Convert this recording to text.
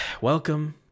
welcome